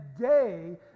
day